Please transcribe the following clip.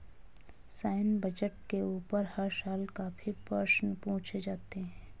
सैन्य बजट के ऊपर हर साल काफी प्रश्न पूछे जाते हैं